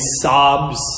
sobs